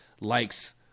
likes